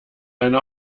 eine